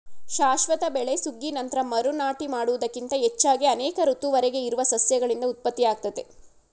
ಶಾಶ್ವತ ಬೆಳೆ ಸುಗ್ಗಿ ನಂತ್ರ ಮರು ನಾಟಿ ಮಾಡುವುದಕ್ಕಿಂತ ಹೆಚ್ಚಾಗಿ ಅನೇಕ ಋತುವರೆಗೆ ಇರುವ ಸಸ್ಯಗಳಿಂದ ಉತ್ಪತ್ತಿಯಾಗ್ತದೆ